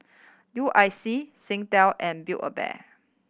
U I C Singtel and Build A Bear